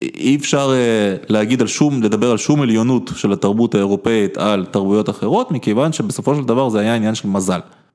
אי אפשר להגיד על שום לדבר על שום עליונות של התרבות האירופאית על תרבויות אחרות, מכיוון שבסופו של דבר זה היה עניין של מזל.